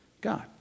God